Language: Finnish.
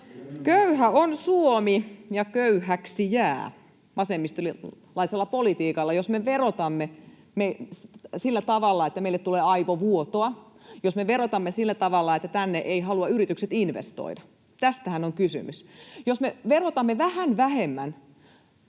Köyhä on Suomi ja köyhäksi jää vasemmistolaisella politiikalla, jos me verotamme sillä tavalla, että meille tulee aivovuotoa, jos me verotamme sillä tavalla, että tänne eivät halua yritykset investoida. Tästähän on kysymys. Jos me verotamme vähän vähemmän